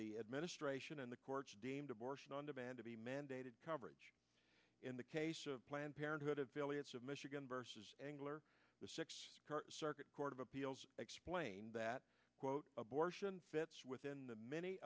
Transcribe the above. the administration and the courts deemed abortion on demand to be mandated coverage in the case of planned parenthood affiliates of michigan versus engler the circuit court of appeals explained that quote abortion fits within the many